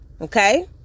Okay